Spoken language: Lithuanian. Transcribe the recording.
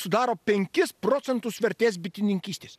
sudaro penkis procentus vertės bitininkystės